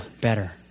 better